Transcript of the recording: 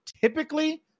typically